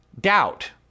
doubt